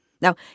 Now